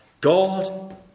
God